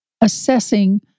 assessing